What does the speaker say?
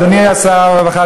אדוני שר הרווחה,